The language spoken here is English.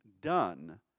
done